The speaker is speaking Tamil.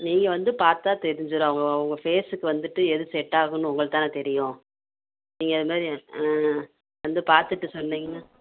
நீங்கள் வந்து பார்த்தா தெரிஞ்சிடும் அவங்க அவங்க ஃபேஸ்ஸுக்கு வந்துட்டு எது செட்டாகுன்னு உங்களுக்குதானே தெரியும் நீங்கள் அதுமாதிரி ஆ வந்து பார்த்துட்டு சொன்னிங்கன்னால்